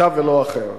אתה ולא אחר.